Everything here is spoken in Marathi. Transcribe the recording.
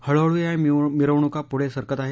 हळुहळू या मिरवणूका पुढे सरकत आहेत